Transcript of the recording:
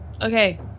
Okay